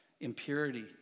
impurity